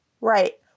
Right